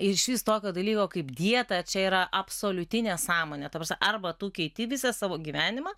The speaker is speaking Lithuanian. iš vis tokio dalyko kaip dieta čia yra absoliuti nesąmonė ta prasme arba tu keiti visą savo gyvenimą